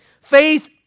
Faith